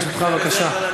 בבקשה.